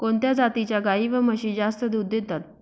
कोणत्या जातीच्या गाई व म्हशी जास्त दूध देतात?